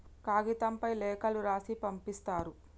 కాగితంపై లేఖలు రాసి పంపిస్తారు